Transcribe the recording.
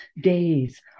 days